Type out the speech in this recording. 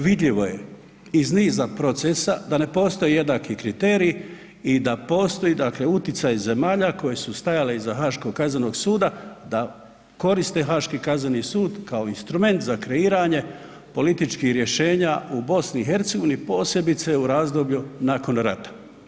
Naime, vidljivo je iz niza procesa da ne postoji jednaki kriterij i da postoji dakle utjecaj zemalja koji su stajale iz Haškog kaznenog suda da koriste Haški kazneni sud kao instrument za kreiranje političkih rješenja u Bosni i Hercegovini posebice u razdoblju nakon rata.